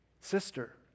Sister